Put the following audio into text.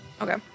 Okay